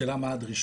השאלה מה הדרישות?